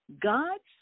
God's